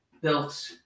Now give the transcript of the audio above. built